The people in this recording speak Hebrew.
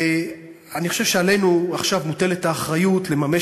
ואני חושב שעלינו מוטלת עכשיו האחריות לממש